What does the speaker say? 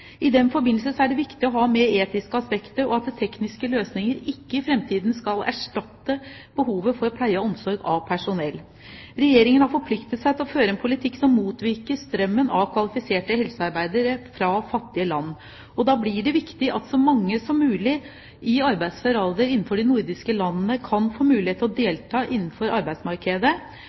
I den forbindelse er det viktig å ha med det etiske aspektet, og at tekniske løsninger i framtiden ikke skal erstatte behovet for pleie og omsorg av personell. Regjeringen har forpliktet seg til å føre en politikk som motvirker strømmen av kvalifiserte helsearbeidere fra fattige land. Da blir det viktig at så mange som mulig i arbeidsfør alder i de nordiske landene kan få mulighet til å delta innenfor arbeidsmarkedet,